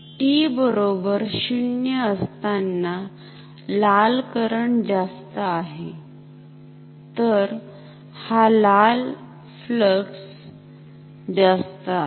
t 0 असताना लाल current जास्त आहे तर हा लाल फ्लक्स जास्त आहे